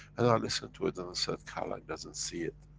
and i listen to it and i said, caroline doesn't see it,